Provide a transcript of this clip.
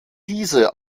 diese